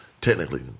Technically